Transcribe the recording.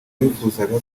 wifuzaga